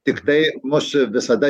tiktai mus visada